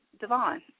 Devon